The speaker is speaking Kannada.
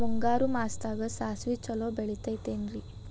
ಮುಂಗಾರು ಮಾಸದಾಗ ಸಾಸ್ವಿ ಛಲೋ ಬೆಳಿತೈತೇನ್ರಿ?